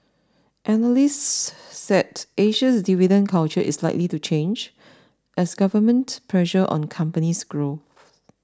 analysts said Asia's dividend culture is likely to change as government pressure on companies grow